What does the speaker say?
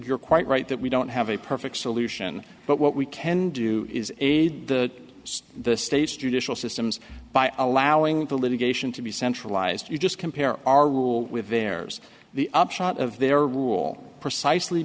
you're quite right that we don't have a perfect solution but what we can do is aid the the state's judicial systems by allowing the litigation to be centralized you just compare our rule with theirs the upshot of their rule precisely